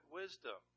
wisdom